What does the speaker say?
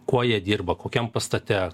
kuo jie dirba kokiam pastate